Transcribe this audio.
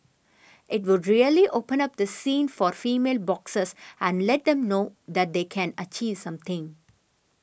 it would really open up the scene for female boxers and let them know that they can achieve something